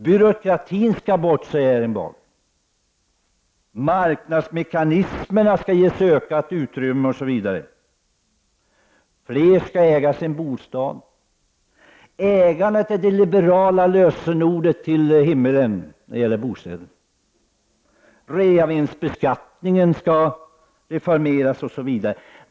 Byråkratin skall bort, säger Erling Bager. Marknadsmekanismerna skall ges ökat utrymme. Fler skall äga sin bostad. Ägandet är det liberala lösenordet till himlen när det gäller bostäder. Reavinstbeskattningen skall reformeras osv.